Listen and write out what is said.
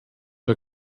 der